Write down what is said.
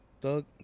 thug